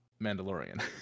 Mandalorian